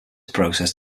process